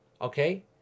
okay